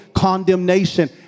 condemnation